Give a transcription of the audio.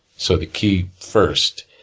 so, the key, first,